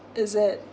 is it